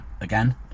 again